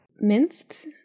minced